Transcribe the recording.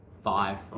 five